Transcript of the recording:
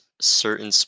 certain